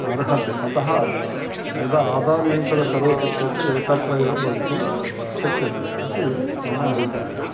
अर्हति अतः यदा आदार् लिङ्क्ड् करोति चेत् एकत्र एव भवितुम् शक्यते इति मम अभिप्रायः